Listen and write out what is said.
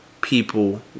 people